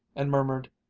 and murmured,